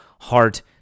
heart